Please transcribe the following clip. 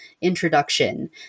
introduction